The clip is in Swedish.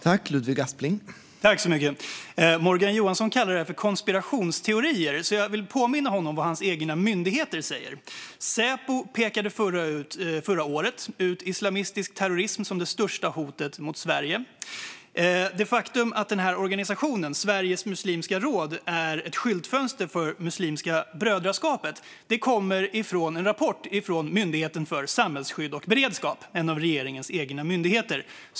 Herr talman! Morgan Johansson kallar det för konspirationsteorier, men jag vill påminna honom om vad hans egna myndigheter säger. Säpo pekade förra året ut islamistisk terrorism som det största hotet mot Sverige. Det faktum att organisationen Sveriges muslimska råd är ett skyltfönster för Muslimska brödraskapet kommer från en rapport från Myndigheten för samhällsskydd och beredskap, en av regeringens egna myndigheter.